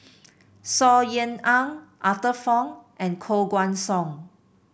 Saw Ean Ang Arthur Fong and Koh Guan Song